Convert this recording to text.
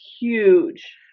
huge